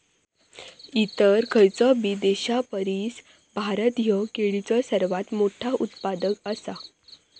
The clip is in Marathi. इतर खयचोबी देशापरिस भारत ह्यो केळीचो सर्वात मोठा उत्पादक आसा